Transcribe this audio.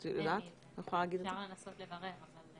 לא, אין לי, אפשר לנסות לברר.